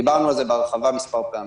דיברנו על זה בהרחבה מספר פעמים.